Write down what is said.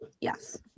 Yes